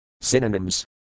Synonyms